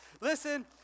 listen